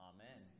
Amen